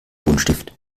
buntstift